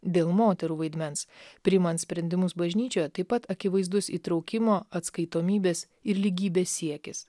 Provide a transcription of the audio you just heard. dėl moterų vaidmens priimant sprendimus bažnyčioje taip pat akivaizdus įtraukimo atskaitomybės ir lygybės siekis